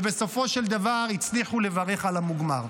ובסופו של דבר הצליחו לברך על המוגמר.